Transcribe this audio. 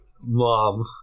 Mom